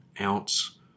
ounce